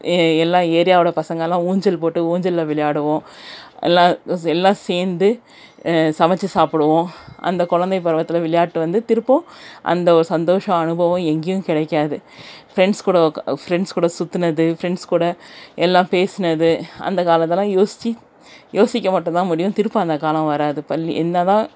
ஏ எல்லா ஏரியாவோடய பசங்களெல்லாம் ஊஞ்சல் போட்டு ஊஞ்சலில் விளையாடுவோம் எல்லா ஸ் எல்லாம் சேர்ந்து சமைச்சு சாப்பிடுவோம் அந்த கொழந்தை பருவத்தில் விளையாட்டு வந்து திருப்பும் அந்த ஒரு சந்தோஷம் அனுபவம் எங்கேயும் கிடைக்காது ஃப்ரெண்ட்ஸ் கூட ஒக் ஃப்ரெண்ட்ஸ் கூட சுற்றுனது ஃப்ரெண்ட்ஸ் கூட எல்லாம் பேசினது அந்த காலத்தில்லா யோசுச்சி யோசிக்க மட்டும் தான் முடியும் திருப்ப அந்த காலம் வராது பள்ளி என்ன தான்